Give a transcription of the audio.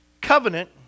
Covenant